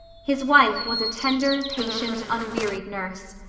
his wife was a tender, patient, unwearied nurse.